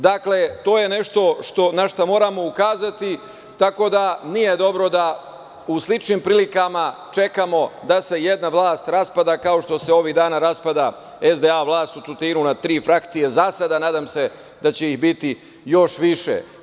Dakle, to je nešto na šta moramo ukazati, tako da nije dobro da u sličnim prilikama čekamo da se jedna vlast raspada, kao što se ovih danas raspada SDA vlast u Tutinu, na tri frakcije za sada, a nadam se da će ih biti još više.